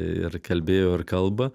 ir kalbėjo ir kalba